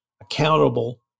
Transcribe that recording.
accountable